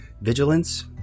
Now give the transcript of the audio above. vigilance